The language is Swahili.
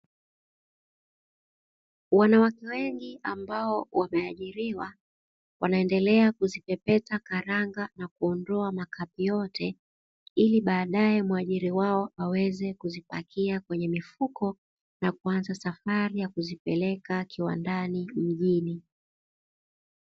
Wanawake wengi ambao wameajiriwa wanaendelea kuzipepesa karanga na kuondoa makapi yote ili baadaye muajiri wao aweze kuzipakia, kwenye mifuko na kuanza safari ya kuzipeleka kiwandani mjini.